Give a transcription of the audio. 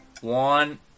one